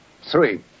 Three